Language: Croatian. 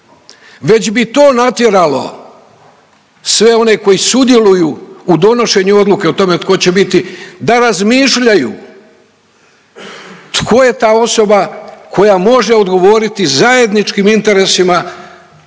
već bi to natjeralo sve one koji sudjeluju u donošenju odluke o tome tko će biti da razmišljaju tko je ta osoba koja može odgovoriti zajedničkim interesima